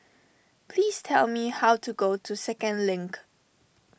please tell me how to go to Second Link